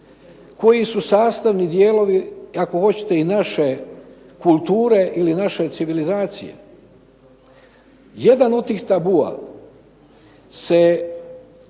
koji su sastavni dijelovi ako hoćete i naše kulture ili naše civilizacije. Jedan od tih tabua se